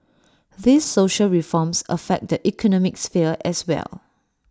these social reforms affect the economic sphere as well